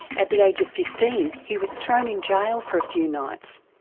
at the age of fifteen he was thrown in jail for a few nights,